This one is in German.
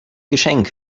geschenk